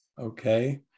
okay